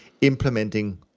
implementing